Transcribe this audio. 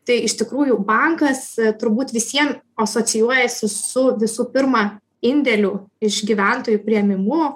tai iš tikrųjų bankas turbūt visiem asocijuojasi su visų pirma indėlių iš gyventojų priėmimu